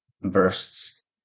bursts